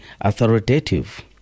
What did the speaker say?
authoritative